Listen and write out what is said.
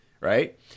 Right